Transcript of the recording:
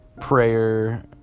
prayer